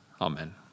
Amen